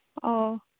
ᱚᱻ